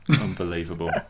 Unbelievable